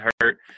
hurt